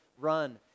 run